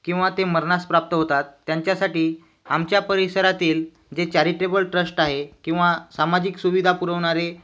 किंवा ते मरणास प्राप्त होतात त्यांच्यासाठी आमच्या परिसरातील जे चॅरिटेबल ट्रस्ट आहे किंवा सामाजिक सुविधा पुरवणारे